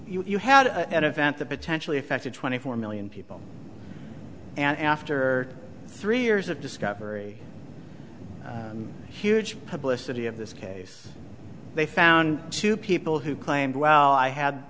you had an event that potentially affected twenty four million people and after three years of discovery huge publicity of this case they found two people who claimed well i had